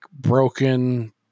broken